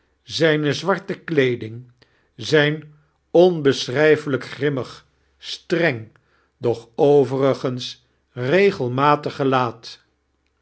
zijne zwarte kleeding zijn onbesichrijfelijk grimmig streng doch overigens regelmatig gelaat